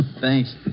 Thanks